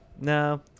no